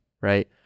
Right